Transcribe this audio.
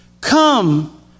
come